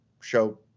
show